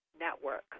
network